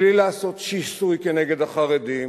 בלי לעשות שיסוי כנגד החרדים,